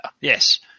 Yes